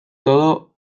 todo